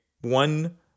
one